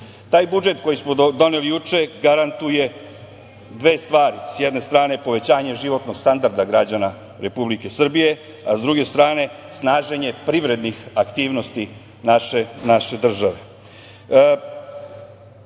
budžet koji smo doneli juče garantuje dve stvari. Sa jedne strane povećanje životnog standarda građana Republike Srbije, a sa druge strane snaženje privrednih aktivnosti naše države. Plodove